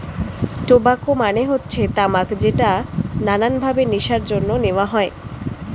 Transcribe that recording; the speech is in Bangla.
টোবাকো মানে হচ্ছে তামাক যেটা নানান ভাবে নেশার জন্য নেওয়া হয়